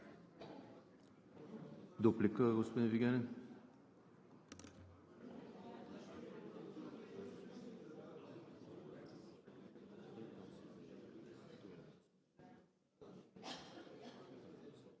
Дуплика – господин Вигенин.